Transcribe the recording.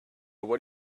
what